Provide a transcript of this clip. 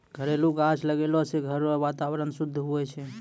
घरेलू गाछ लगैलो से घर रो वातावरण शुद्ध हुवै छै